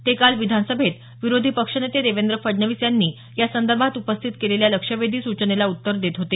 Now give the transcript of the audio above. ते काल विधानसभेत विरोधी पक्षनेते देवेंद्र फडणवीस यांनी यासंदर्भात उपस्थित केलेल्या लक्षवेधी सूचनेला उत्तर देत होते